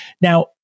Now